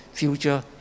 future